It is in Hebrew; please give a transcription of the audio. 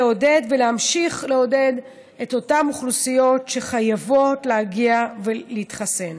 לעודד ולהמשיך לעודד את אותן אוכלוסיות שחייבות להגיע ולהתחסן.